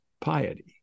piety